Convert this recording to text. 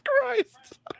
Christ